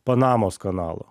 panamos kanalo